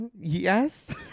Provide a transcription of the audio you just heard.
yes